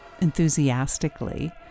enthusiastically